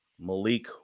Malik